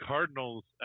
Cardinals